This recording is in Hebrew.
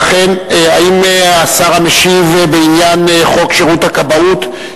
האם השר המשיב בעניין חוק שירות הכבאות,